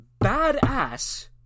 badass